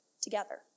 together